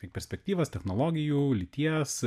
perspektyvas technologijų lyties